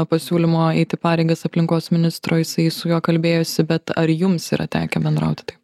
pasiūlymo eiti pareigas aplinkos ministro jisai su juo kalbėjosi bet ar jums yra tekę bendrauti tai